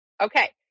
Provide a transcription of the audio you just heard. Okay